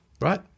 right